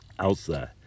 outside